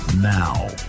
Now